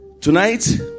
Tonight